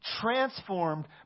transformed